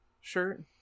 shirt